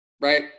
right